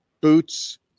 boots